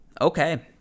okay